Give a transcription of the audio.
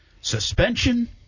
suspension